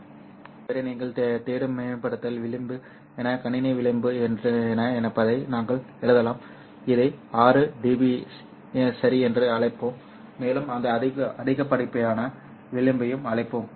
எனவே இதைத் தவிர நீங்கள் தேடும் மேம்படுத்தல் விளிம்பு என்ன கணினி விளிம்பு என்ன என்பதை நாங்கள் எழுதலாம் இதை 6dB சரி என்று அழைப்போம் மேலும் இந்த அதிகப்படியான விளிம்பையும் அழைப்போம்